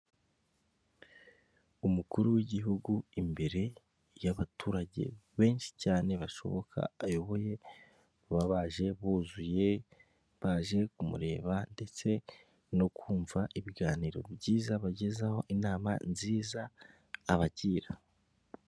Umukuru w'igihugu imbere y'abaturage benshi cyane bashoboka, ayoboye bababaje buzuye baje kumureba, ndetse no kumva ibiganiro byiza abagezaho, inama nziza abagira.